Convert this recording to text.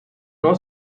non